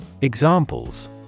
Examples